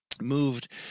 moved